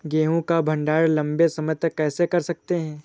गेहूँ का भण्डारण लंबे समय तक कैसे कर सकते हैं?